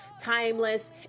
timeless